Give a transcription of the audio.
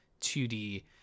2D